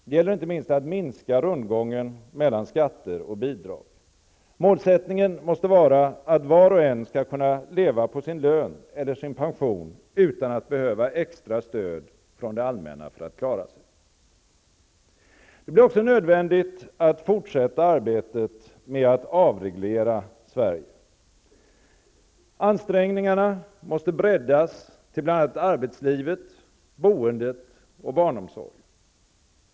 Det gäller inte minst att minska rundgången mellan skatter och bidrag. Målsättningen måste vara att var och en skall kunna leva på sin lön eller sin pension utan att behöva extra stöd från det allmänna för att klara sig. Det blir också nödvändigt att fortsätta arbetet med att avreglera Sverige. Ansträngningarna måste breddas till bl.a. arbetslivet, boendet och barnomsorgen.